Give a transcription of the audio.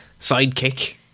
sidekick